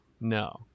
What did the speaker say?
No